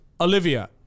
Olivia